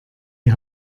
die